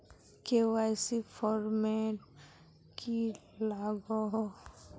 KYC format की लागोहो?